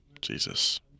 Jesus